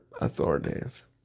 authoritative